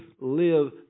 live